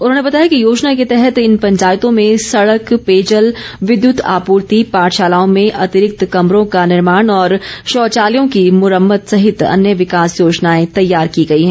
उन्होंने बताया कि योजना के तहत इन पंचायतों में सड़क पेयजल विद्युत आपूर्ति पाठशालाओं में अतिरिक्त कमरों का निर्माण और शौचालयों की मुरम्मत सहित अन्य विकास योजनाएँ तैयार की गई हैं